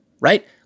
right